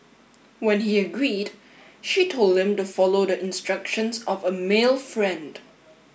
when he agreed she told him to follow the instructions of a male friend